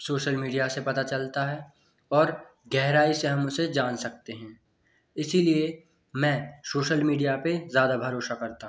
social media से पता चलता है और गहराई से हम उसे जान सकते हैं इसीलिए मैं सोशल मीडिया पे ज़्यादा भरोसा करता हूँ